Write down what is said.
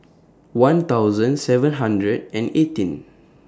one thousand seven hundred and eighteen